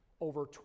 over